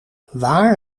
waar